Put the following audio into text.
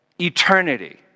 eternity